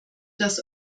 dass